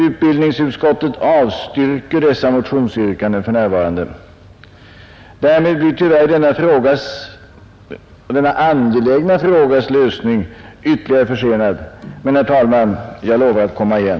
Utbildningsutskottet avstyrker dessa motionsyrkanden för närvarande. Därmed blir tyvärr denna angelägna frågas lösning ytterligare försenad. Men, herr talman, jag lovar att komma igen.